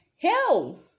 Hell